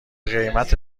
قیمت